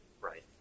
Right